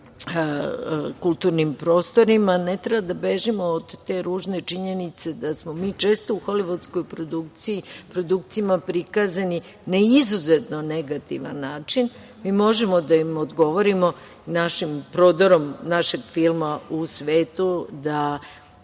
kulturnim prostorima. Ne treba da bežimo od te ružne činjenice da smo mi često u holivudskim produkcijama prikazani na izuzetno negativan način. Mi možemo da im odgovorimo prodorom našeg filma u svetu, da